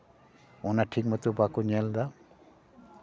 ᱚᱱᱟ ᱴᱷᱤᱠ ᱢᱚᱛᱳ ᱵᱟᱠᱚ ᱧᱮᱞ ᱮᱫᱟ